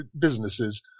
businesses